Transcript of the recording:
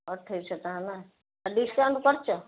ଅଠେଇଶହ ଟଙ୍କା ନା ଡିସ୍କାଉଣ୍ଟ କରିଛ